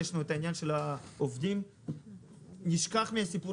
יש העניין של העובדים נשכח מהסיפור